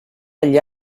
agli